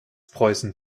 preußen